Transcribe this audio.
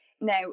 Now